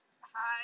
Hi